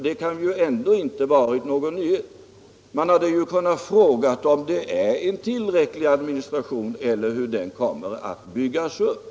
Detta kan ju inte ha varit någon nyhet. Man borde ha kunnat fråga om administrationen är tillräcklig eller hur administrationen kommer att byggas upp.